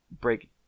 break